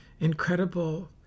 Incredible